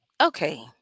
Okay